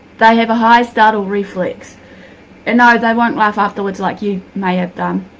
they have a high startle reflex and no they won't laugh afterwards like you may have done.